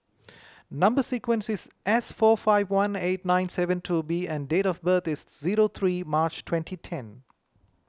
Number Sequence is S four five one eight nine seven two B and date of birth is zero three March twenty ten